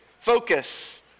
focus